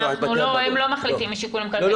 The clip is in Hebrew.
הם לא מחליטים משיקולים כלכליים,